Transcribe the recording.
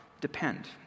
depend